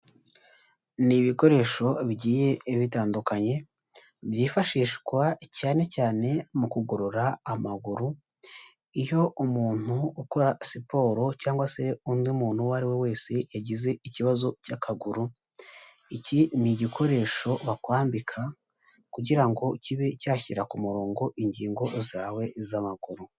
Ni ibikoresho bigiye bitandukanye, byifashishwa cyane cyane mu kugorora amaguru, iyo umuntu ukora siporo cyangwa se undi muntu uwo ari we wese yagize ikibazo cy'akaguru, iki ni igikoresho bakwambika kugira ngo kibe cyashyira ku murongo ingingo zawe z'amaguru.